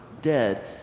dead